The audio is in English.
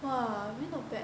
!wah! not bad